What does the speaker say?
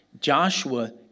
Joshua